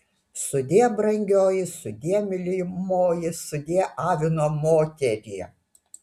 sudie brangioji sudie mylimoji sudie avino moterie